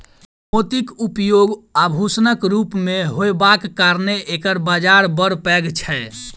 मोतीक उपयोग आभूषणक रूप मे होयबाक कारणेँ एकर बाजार बड़ पैघ छै